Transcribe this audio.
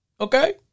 Okay